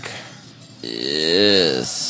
Yes